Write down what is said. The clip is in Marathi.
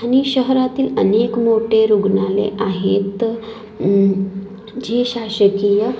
आणि शहरातील अनेक मोठे रुग्णालय आहेत जे शासकीय